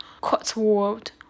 Cotswold